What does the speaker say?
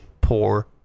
poor